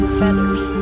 feathers